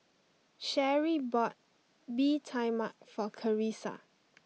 Cherri bought Bee Tai Mak for Karissa